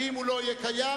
שאם הוא לא יהיה קיים,